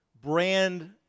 brand